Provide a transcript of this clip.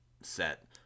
set